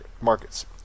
markets